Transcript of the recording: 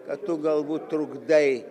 kad tu galbūt trukdai